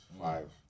Five